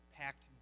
packed